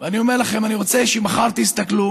ואני אומר לכם: אני רוצה שמחר תסתכלו